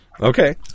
Okay